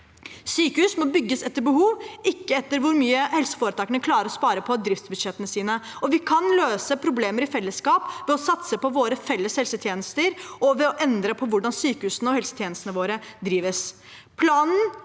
Sykehus må bygges etter behov, ikke etter hvor mye helseforetakene klarer å spare på driftsbudsjettene sine. Vi kan løse problemer i fellesskap ved å satse på våre felles helsetjenester og ved å endre på hvordan sykehusene og helsetjenestene våre drives.